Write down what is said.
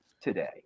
today